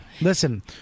Listen